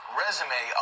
resume